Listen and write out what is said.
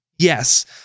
Yes